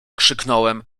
krzyknąłem